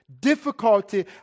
Difficulty